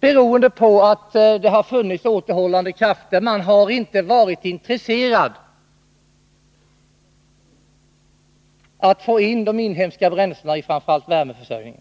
beroende på att det har funnits återhållande krafter. Man har inte varit intresserad av att få in de inhemska bränslena i framför allt värmeförsörjningen.